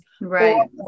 Right